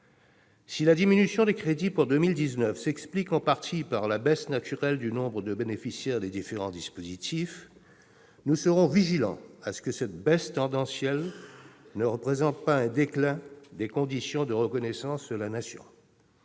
Si la diminution des crédits pour 2019 s'explique en partie par la baisse naturelle du nombre de bénéficiaires des différents dispositifs, nous serons vigilants à ce que cette baisse tendancielle ne représente pas un déclin des conditions de reconnaissance de la Nation.